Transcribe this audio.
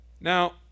Now